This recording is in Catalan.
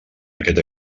aquest